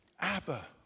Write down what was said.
Abba